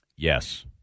Yes